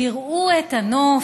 תראו את הנוף,